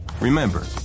remember